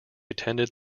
attended